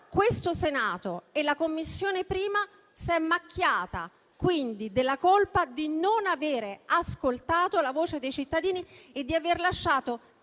questo Senato e la 1a Commissione si sono macchiati, quindi, della colpa di non aver ascoltato la voce dei cittadini e di aver lasciato